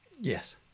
yes